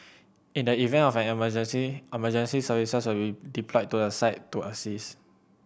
in the event of an emergency emergency services will deployed to the site to assist